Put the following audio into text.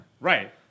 right